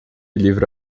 livro